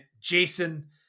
Jason